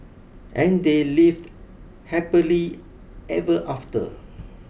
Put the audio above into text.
and they lived happily ever after